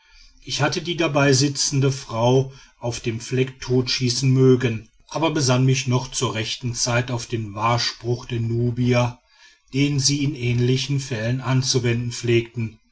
ich hätte die dabeisitzende frau auf dem fleck totschießen mögen aber besann mich noch zur rechten zeit auf den wahrspruch der nubier den sie in ähnlichen fällen anzuwenden pflegten